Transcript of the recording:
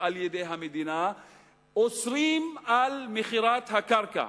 על-ידי המדינה אוסרים על מכירת הקרקע.